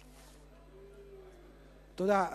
תודה.